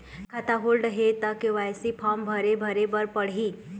खाता होल्ड हे ता के.वाई.सी फार्म भरे भरे बर पड़ही?